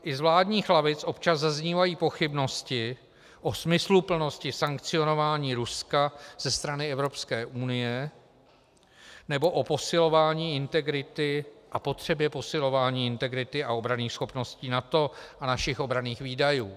I z vládních lavic občas zaznívají pochybnosti o smysluplnosti sankcionování Ruska ze strany Evropské unie nebo o posilování integrity a potřebě posilování integrity a obranných schopností NATO a našich obranných výdajů.